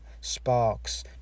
sparks